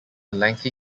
lengthy